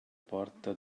porta